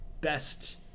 best